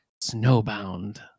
Snowbound